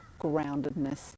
groundedness